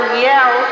yell